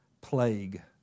plague